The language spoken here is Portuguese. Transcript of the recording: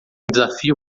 desafio